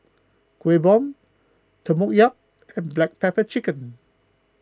Kueh Bom Tempoyak and Black Pepper Chicken